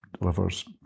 delivers